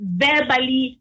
verbally